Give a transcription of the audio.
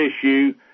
issue